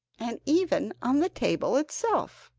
and even on the table itself.